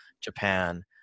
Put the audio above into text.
Japan